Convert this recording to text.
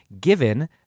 given